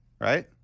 right